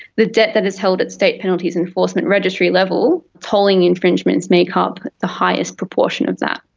the debt that is held at state penalties enforcement registry level, tolling infringements make up the highest proportion of that.